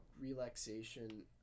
relaxation